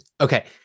okay